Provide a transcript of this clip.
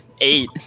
eight